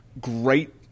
Great